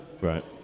Right